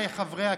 קראתי לך לדבר.